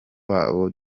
wabo